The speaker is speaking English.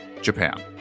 Japan